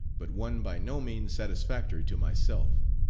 but one by no means satisfactory to myself.